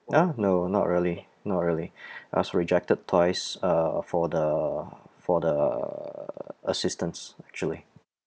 ya no not really not really I was rejected twice uh for the for the assistance actually